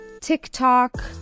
TikTok